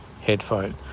headphone